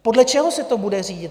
Podle čeho se to bude řídit?